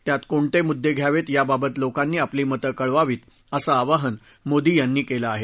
त्यात कोणते मुद्दे घ्यावेत याबाबत लोकांनी आपलं मत कळवावीत असं आवाहन मोदी यांनी केलं आहे